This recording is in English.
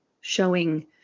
showing